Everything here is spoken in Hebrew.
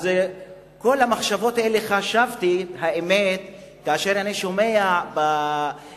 האמת שאת כל המחשבות האלה חשבתי כאשר אני שומע בטלוויזיה,